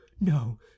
No